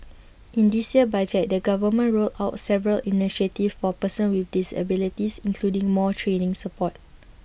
in this year's budget the government rolled out several initiatives for persons with disabilities including more training support